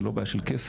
זה לא בעיה של כסף.